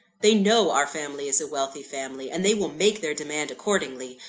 they know our family is a wealthy family and they will make their demand accordingly.